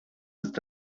ist